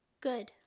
Good